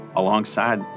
alongside